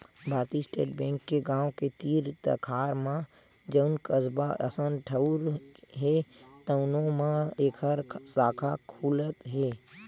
भारतीय state bank के गाँव के तीर तखार म जउन कस्बा असन ठउर हे तउनो म एखर साखा खुलत हे